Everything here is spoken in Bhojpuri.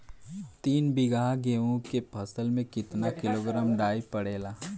तीन बिघा गेहूँ के फसल मे कितना किलोग्राम डाई पड़ेला?